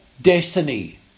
destiny